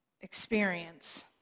experience